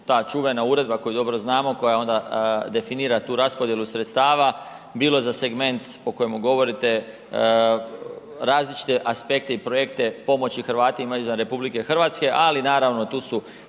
ta čuvena uredba koju dobro znamo koja onda definira tu raspodjelu sredstava, bilo za segment o kojemu govorite različite aspekte i projekte pomoći Hrvatima izvan RH, ali naravno tu su